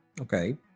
Okay